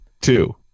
Two